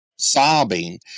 sobbing